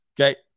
okay